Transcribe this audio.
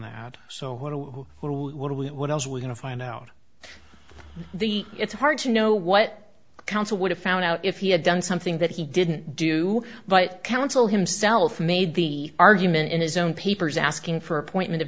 that so what oh well what do we what else are we going to find out the it's hard to know what counsel would have found out if he had done something that he didn't do but counsel himself made the argument in his own papers asking for appointment of